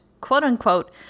quote-unquote